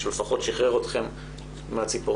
הצעת חוק להגנה על הציבור